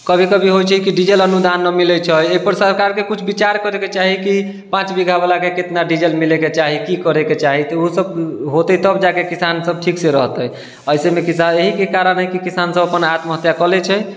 कभी कभी होइत छै कि डीजल अनुदान नहि मिलैत छै एहि पर सरकारकेँ किछु विचार करैके चाही कि पाँच बीघा वालाके कितनाके डीजल मिलैके चाही कि करैके चाही तऽ ओ सभ होतै तब किसान सभ ठीकसँ रहतै ऐसेमे किसान इएहके कारण है कि किसान आत्महत्या कए लेइत छै